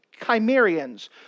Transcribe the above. Chimerians